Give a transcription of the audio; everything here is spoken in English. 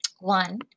One